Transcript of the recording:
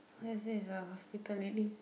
where is this a hospital lately